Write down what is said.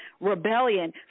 rebellion